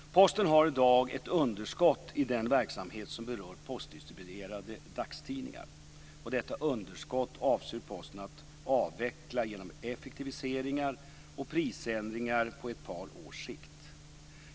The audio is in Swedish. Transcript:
Posten har i dag ett underskott i den verksamhet som berör postdistribuerade dagstidningar. Detta underskott avser Posten att avveckla genom effektiviseringar och prisändringar på ett par års sikt.